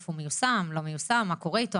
אם הוא מיושם או לא מיושם ומה קורה איתו.